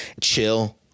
chill